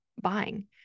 buying